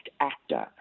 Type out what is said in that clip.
actor